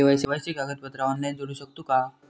KYC कागदपत्रा online जोडू शकतू का?